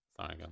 Sorry